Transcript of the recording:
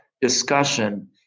discussion